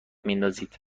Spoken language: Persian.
میندازید